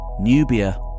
Nubia